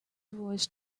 watched